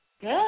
Good